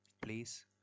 please